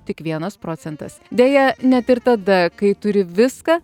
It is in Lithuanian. tik vienas procentas deja net ir tada kai turi viską